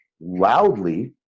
loudly